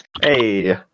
Hey